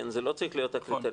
זה לא צריך להיות הקריטריון,